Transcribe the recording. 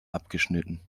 abgeschnitten